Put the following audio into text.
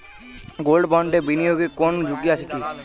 Gold বন্ডে বিনিয়োগে কোন ঝুঁকি আছে কি?